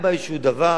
משמעותי,